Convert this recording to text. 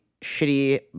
shitty